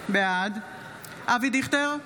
בעד אבי דיכטר,